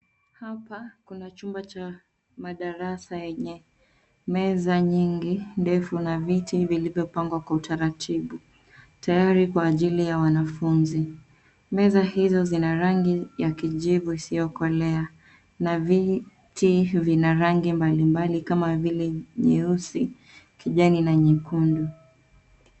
Hapa kuna chumba cha madarasa yenye meza nyingi ndefu na viti vilivyopangwa kwa utaratibu tayari kwa ajili ya wanafunzi. Meza hizo zina rangi ya kijivu isiyokolea na viti vina rangi mbalimbali kama vile nyeusi, kijani na nyekundu.